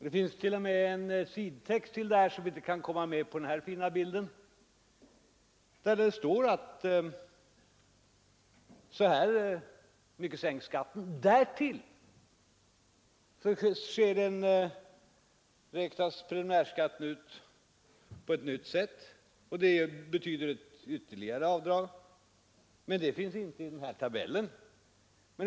Det finns t.o.m. en sidotext till tabellen, där det står att skatten sänks så här mycket och att preliminärskatten därtill räknas ut på ett nytt sätt. Det betyder en ytterligare sänkning, som dock inte framgår av denna tabell.